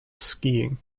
skiing